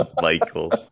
Michael